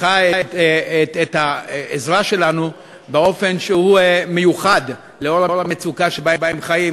שצריכה את העזרה שלנו באופן מיוחד לנוכח המצוקה שבה הם חיים.